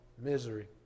Misery